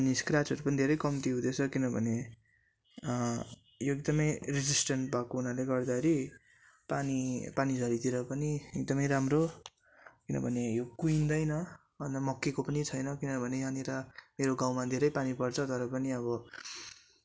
अनि स्क्राचहरू पनि धेरै कम्ति हुँदैछ किनभने यो एकदमै रेजिस्टेन्ट भएको हुनाले गर्दाखेरि पानी पानी झरीतिर पनि एकदमै राम्रो किनभने यो कुहिँदैन अन्त मक्केको पनि छैन किनभने यहाँनिर मेरो गाउँमा धेरै पानी पर्छ तर पनि अब